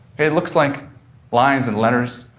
it looks like lines and letters.